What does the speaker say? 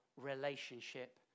relationship